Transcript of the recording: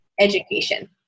education